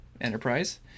Enterprise